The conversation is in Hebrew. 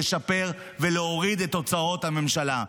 לשפר ולהוריד את הוצאות הממשלה.